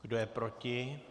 Kdo je proti?